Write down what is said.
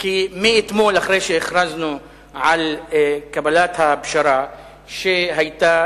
כי מאתמול, אחרי שהכרזנו על קבלת הפשרה שהיתה